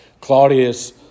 Claudius